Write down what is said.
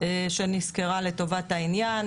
שנשכרה לטובת העניין,